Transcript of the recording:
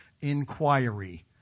inquiry